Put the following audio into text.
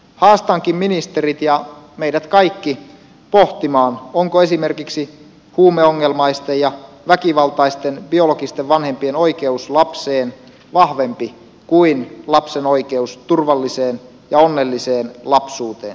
haastankin ministerit ja meidät kaikki pohtimaan onko esimerkiksi huumeongelmaisten ja väkivaltaisten biologisten vanhempien oikeus lapseen vahvempi kuin lapsen oikeus turvalliseen ja onnelliseen lapsuuteen